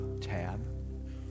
tab